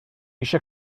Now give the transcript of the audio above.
eisiau